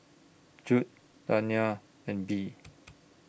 Judd Dayna and Bee